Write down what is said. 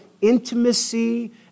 intimacy